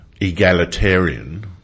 egalitarian